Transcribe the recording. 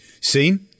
seen